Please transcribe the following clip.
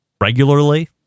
regularly